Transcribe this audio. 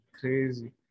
crazy